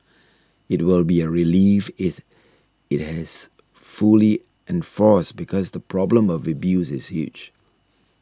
it will be a relief if it has fully enforced because the problem of abuse is huge